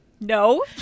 No